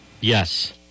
Yes